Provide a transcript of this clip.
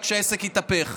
רק שהעסק התהפך,